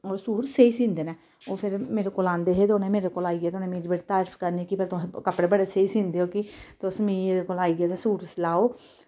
ओह् सूट स्हेई सीहंदे न ओह् फिर मेरे कोल आंदे हे ते उनें मेरे कोल आइयै ते उनैं मेरी बड़ी तारीफ करनी कि में तुस कपड़े बड़े स्हेई सीह्ंदे ओ कि तुस मिगी एह्दे कोल आइयै ते सूट सिलाओ